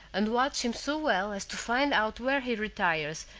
and watch him so well as to find out where he retires,